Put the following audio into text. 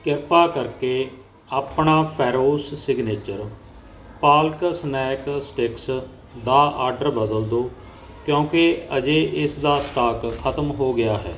ਕ੍ਰਿਪਾ ਕਰਕੇ ਆਪਣਾ Fresho signature palak snack sticks ਦਾ ਆਡਰ ਬਦਲ ਦੋ ਕਿਉਂਕਿ ਅਜੇ ਇਸ ਦਾ ਸਟਾਕ ਖਤਮ ਹੋ ਗਿਆ ਹੈ